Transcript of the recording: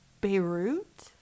beirut